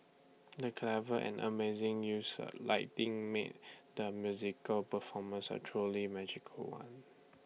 the clever and amazing use of lighting made the musical performance A truly magical one